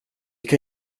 kan